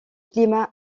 climat